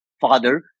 father